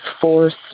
force